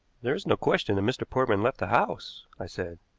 there is no question that mr. portman left the house, i said.